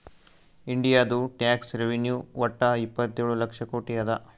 ಇಂಡಿಯಾದು tax revenue ವಟ್ಟ ಇಪ್ಪತ್ತೇಳು ಲಕ್ಷ ಕೋಟಿ ಅದಾ